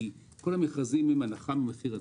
כי כל המכרזים הם עם הנחה ממחיר הדואר.